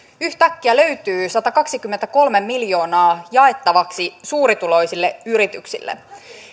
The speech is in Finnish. yhtäkkiä löytyy satakaksikymmentäkolme miljoonaa jaettavaksi suurituloisille yrityksille